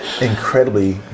incredibly